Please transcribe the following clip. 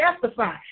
testify